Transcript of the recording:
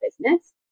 business